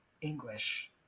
English